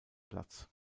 platz